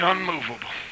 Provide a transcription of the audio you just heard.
unmovable